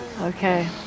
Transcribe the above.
Okay